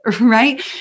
right